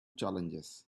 challenges